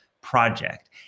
project